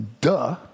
Duh